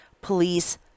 police